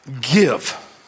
Give